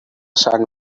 sun